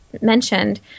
mentioned